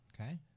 Okay